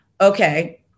okay